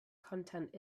content